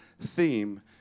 theme